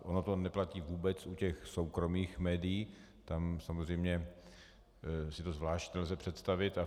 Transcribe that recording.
Ono to neplatí vůbec u těch soukromých médií, tam samozřejmě si to zvlášť nelze představit.